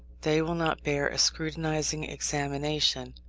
they will not bear a scrutinizing examination.